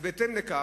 אז בהתאם לכך,